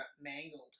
mangled